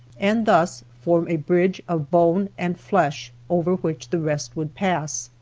and thus form a bridge of bone and flesh over which the rest would pass.